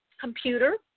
computer